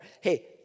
Hey